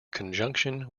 conjunction